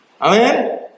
Amen